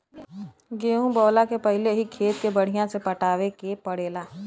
गेंहू बोअला के पहिले ही खेत के बढ़िया से पटावे के पड़ेला